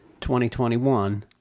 2021